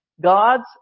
God's